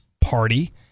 party